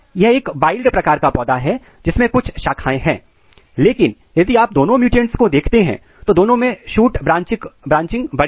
यह एक वाइल्ड प्रकार का पौधा है जिसमें कुछ शाखाएं हैं लेकिन यदि आप दोनों म्युटेंट्स को देखते हैं तो दोनों में सूट ब्रांचिंग बड़ी है